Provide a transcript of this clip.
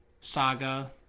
saga